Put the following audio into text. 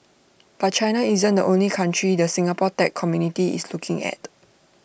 but China isn't only country the Singapore tech community is looking at